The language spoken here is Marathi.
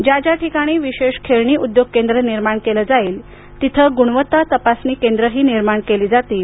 ज्या ज्या ठिकाणी विशेष खेळणी उद्योग केंद्र निर्माण केलं जाईल तिथं गुणवत्ता तपासणी केंद्रही निर्माण केली जातील